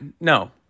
No